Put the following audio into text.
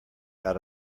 out